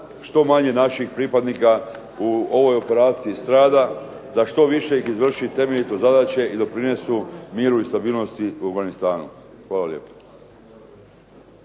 što manje naših pripadnika u ovoj operaciji strada, da što više ih izvrši temeljito zadaće i doprinesu miru i stabilnosti u Afganistanu. Hvala lijepa.